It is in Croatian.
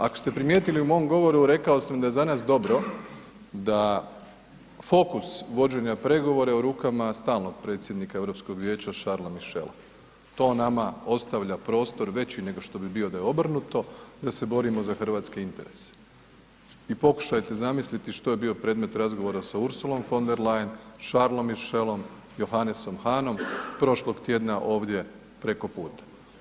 Ako ste primijetili u mom govoru rekao sam da je za nas dobro da fokus vođenja pregovora je u rukama stalnog predsjednika Europskog Vijeća Charlesa Michela, to nama ostavlja prostor veći nego što bi bio da je obrnuto da se borimo za hrvatske interese i pokušajte zamisliti što je bio predmet razgovora sa Ursulom von der Leyen, Charlesom Michelom, Johannesom Hahnom, prošlog tjedna ovdje preko puta.